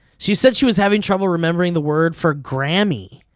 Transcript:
she said she was having trouble remembering the word for grammy.